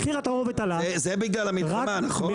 זה בגלל המלחמה, נכון?